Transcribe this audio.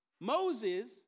Moses